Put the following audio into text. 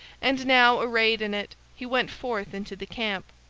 and now, arrayed in it, he went forth into the camp,